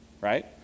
right